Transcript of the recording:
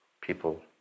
people